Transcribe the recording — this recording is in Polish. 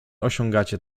osiągacie